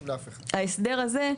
בהסדר הזה,